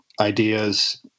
ideas